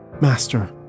Master